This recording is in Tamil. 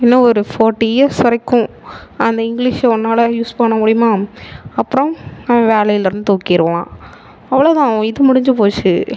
இன்னும் ஒரு ஃபோர்ட்டி இயர்ஸ் வரைக்கும் அந்த இங்க்லீஷ் உன்னால் யூஸ் பண்ண முடியுமா அப்புறம் அவன் வேலையில் இருந்து தூக்கிடுவான் அவ்வளோதான் உன் இது முடிஞ்சு போச்சு